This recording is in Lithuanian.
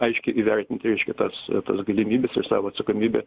aiškiai įvertint reiškia tas tas galimybes ir savo atsakomybę